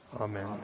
Amen